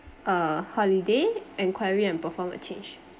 uh holiday enquiry and perform a change